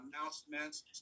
announcements